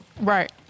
Right